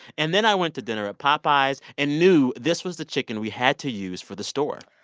and then, i went to dinner at popeye's and knew this was the chicken we had to use for the store.